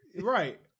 Right